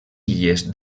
illes